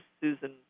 Susan